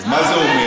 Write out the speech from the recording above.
אז מה זה אומר?